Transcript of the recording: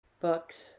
books